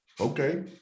okay